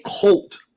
cult